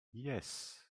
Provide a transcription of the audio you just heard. yes